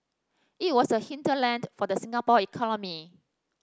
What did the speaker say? it was the hinterland for the Singapore economy